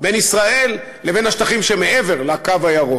בין ישראל לבין השטחים שמעבר לקו הירוק.